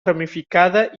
ramificada